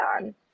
on